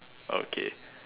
okay